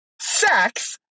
Sex